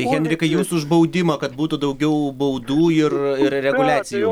henrikai jūs už baudimą kad būtų daugiau baudų ir reguliacijų